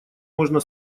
можно